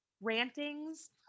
rantings